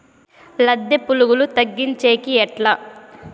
లద్దె పులుగులు తగ్గించేకి ఎట్లా?